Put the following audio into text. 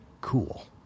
cool